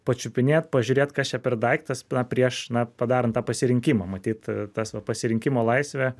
pačiupinėt pažiūrėt kas čia per daiktas na prieš na padarant tą pasirinkimą matyt tas va pasirinkimo laisvė